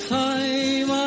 time